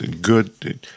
good